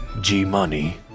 G-money